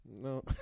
No